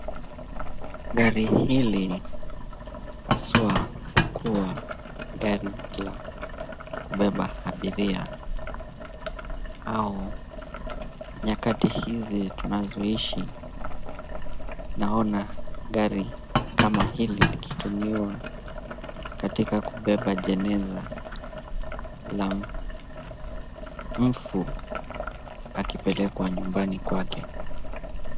Gari hili haswa hukuwa gari la kubeba abiria au nyakati hizi tunazoishi naona gari kama hili likitumiwa katika kubeba jeneza la mfu akipelekwa nyumbani kwake.